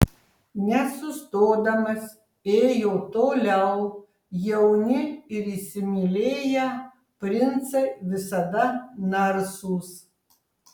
nesustodamas ėjo toliau jauni ir įsimylėję princai visada narsūs